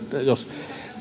jos